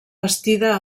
bastida